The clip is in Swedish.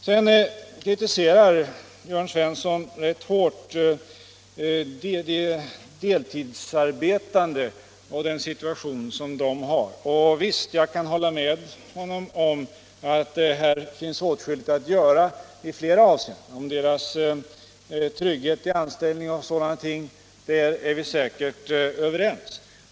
Sedan kritiserar Jörn Svensson rätt hårt de deltidsarbetandes situation. Jag kan hålla med honom om att det här finns åtskilligt att göra i flera avseenden. När det gäller frågan om de deltidsarbetandes trygghet i anställningen osv. är vi säkerligen överens.